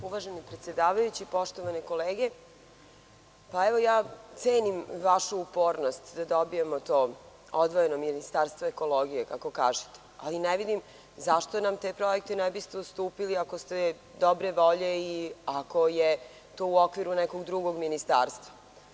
Poštovani predsedavajući, poštovane kolege, cenim vašu upornost da dobijemo odvojeno ministarstvo ekologije, ali ne vidim zašto nam te projekte ne biste ustupili ako ste dobre volje i ako je u okviru nekog drugog ministarstva.